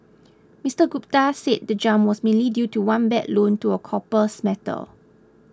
Mister Gupta said the jump was mainly due to one bad loan to a copper smelter